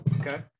Okay